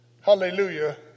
Hallelujah